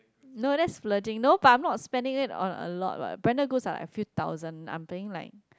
no that's splurging no but I'm not spending it a lot the branded goods are like a few thousand I'm spending like